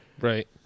Right